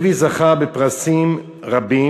לוי זכה בפרסים רבים,